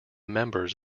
members